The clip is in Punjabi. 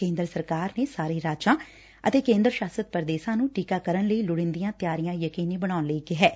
ਕੇਂਦਰ ਸਰਕਾਰ ਨੇ ਸਾਰੇ ਰਾਜਾਂ ਅਤੇ ਕੇ ਂਦਰ ਸ਼ਾਸਤ ਪ੍ਰਦੇਸਾਂ ਨੂੰ ਟੀਕਾਕਰਨ ਲਈ ਲੋਤੀਦੀਆਂ ਤਿਆਰੀਆਂ ਯਕੀਨੀ ਬਣਾਉਣ ਲਈ ਕਿਹੈ